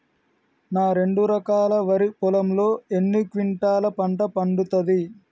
నా రెండు ఎకరాల వరి పొలంలో ఎన్ని క్వింటాలా పంట పండుతది?